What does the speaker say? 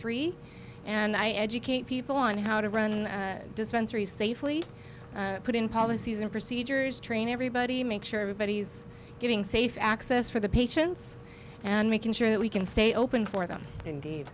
three and i educate people on how to run a dispensary safely put in policies and procedures train everybody make sure everybody's getting safe access for the patients and making sure that we can stay open for them and